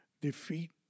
defeat